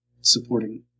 supporting